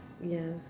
ya